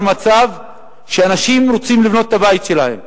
מצב שאנשים רוצים לבנות את הבית שלהם,